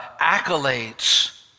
accolades